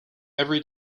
every